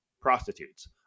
prostitutes